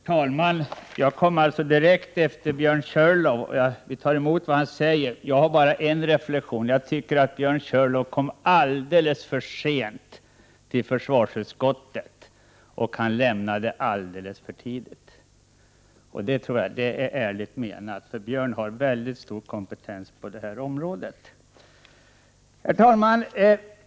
Herr talman! Jag kommer alltså uppi talarstolen direkt efter Björn Körlof. Vi har tagit emot vad han har sagt. Jag har bara en reflexion. Björn Körlof kom alldeles för sent till försvarsutskottet, och han lämnar det alldeles för tidigt. Det är ärligt menat. Björn Körlof har mycket stor kompetens på detta område. Herr talman!